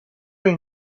این